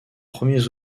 premiers